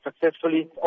successfully